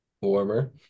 warmer